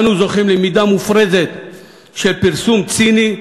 אנו זוכים למידה מופרזת של פרסום ציני,